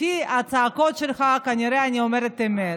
לפי הצעקות שלך, אני כנראה אומרת אמת.